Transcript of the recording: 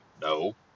No